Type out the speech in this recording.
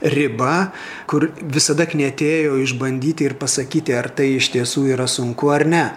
riba kur visada knietėjo išbandyti ir pasakyti ar tai iš tiesų yra sunku ar ne